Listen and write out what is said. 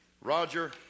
Roger